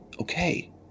Okay